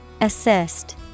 Assist